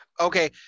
Okay